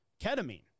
ketamine